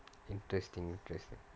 mm interesting interesting